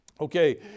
okay